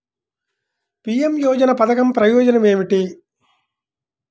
PM యోజన పధకం ప్రయోజనం ఏమితి?